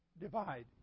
divide